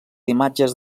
imatges